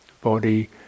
body